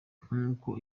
nkuko